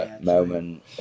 moment